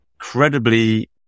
incredibly